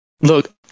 Look